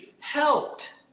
helped